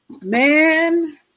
Man